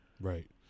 Right